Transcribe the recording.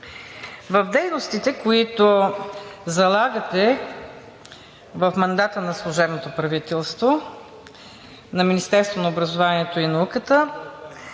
в дейностите, които залагате в мандата на служебното правителство за Министерството на образованието и науката,